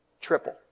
triple